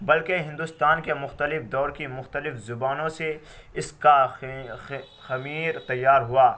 بلکہ ہندوستان کے مختلف دور کی مختلف زبانوں سے اس کا خمیر تیار ہوا